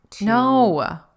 No